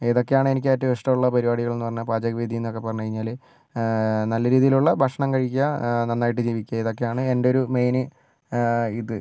ഏതൊക്കെയാണ് എനിക്ക് ഏറ്റവും ഇഷ്ടമുള്ള പരിപാടികൾ എന്ന് പറഞ്ഞാൽ പാചകവിധി എന്നൊക്കെ പറഞ്ഞ് കഴിഞ്ഞാൽ നല്ല രീതിയിലുള്ള ഭക്ഷണം കഴിക്കുക നന്നായിട്ട് ജീവിക്കുക ഇതൊക്കെയാണ് എൻ്റെ ഒരു മെയിൻ ഇത്